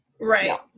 Right